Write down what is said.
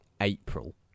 april